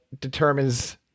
determines